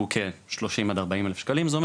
שהוא עצמו עומד על בין 30,000 ₪ ל-40,000 ₪ וזה אומר